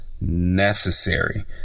necessary